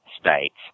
states